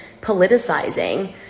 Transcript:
politicizing